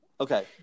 Okay